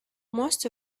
most